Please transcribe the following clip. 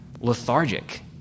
lethargic